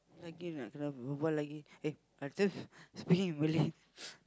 lagi nak kena berbual lagi eh I still speaking in Malay